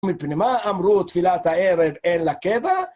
מפני מה אמרו תפילת הערב אין לה קבע.